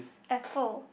apple